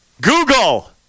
Google